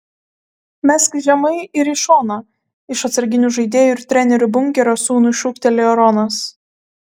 mesk žemai ir į šoną iš atsarginių žaidėjų ir trenerių bunkerio sūnui šūktelėjo ronas